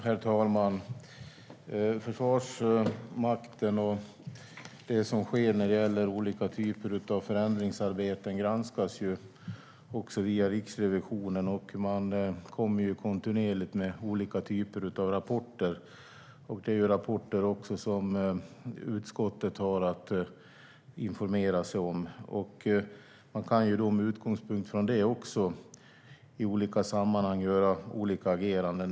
Herr talman! Försvarsmakten och det som sker när det gäller olika typer av förändringsarbeten granskas också via Riksrevisionen. Man kommer kontinuerligt med olika typer av rapporter. Det är rapporter som utskottet har att informera sig om. Med utgångspunkt från detta kan man i olika sammanhang göra olika ageranden.